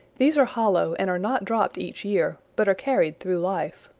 these are hollow and are not dropped each year, but are carried through life.